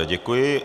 Děkuji.